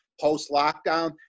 post-lockdown